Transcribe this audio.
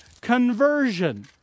Conversion